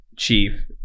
Chief